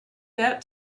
that